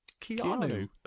Keanu